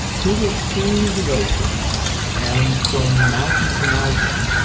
to the to the ocean and from mountain to mountain,